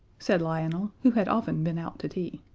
said lionel, had often been out to tea.